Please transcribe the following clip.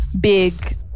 big